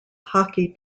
hockey